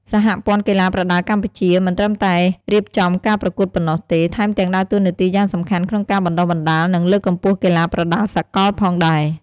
សហព័ន្ធកីឡាប្រដាល់កម្ពុជា មិនត្រឹមតែរៀបចំការប្រកួតប៉ុណ្ណោះទេ ថែមទាំងដើរតួនាទីយ៉ាងសំខាន់ក្នុងការបណ្តុះបណ្តាល និងលើកកម្ពស់កីឡាប្រដាល់សកលផងដែរ។